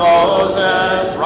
Moses